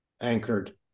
anchored